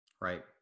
Right